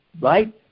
right